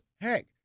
Heck